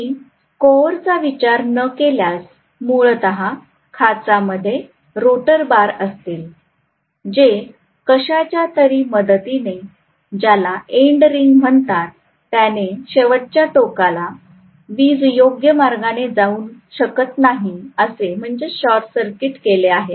मी core चा विचार न केल्यास मूलतः खाचामध्ये रोटर बार असतील जे कशाच्यातरी मदतीने ज्याला एंड रिंग म्हणतात त्याने शेवटच्या टोकाला वीज योग्य मार्गाने जाऊ शकत नाही असे शॉर्टसर्किट केले आहेत